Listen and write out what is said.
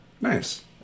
Nice